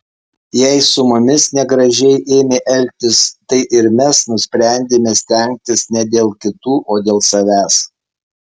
jei su mumis negražiai ėmė elgtis tai ir mes nusprendėme stengtis ne dėl kitų o dėl savęs